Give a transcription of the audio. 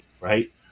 right